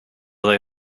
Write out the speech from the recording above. they